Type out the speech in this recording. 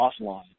offline